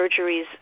surgeries